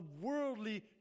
worldly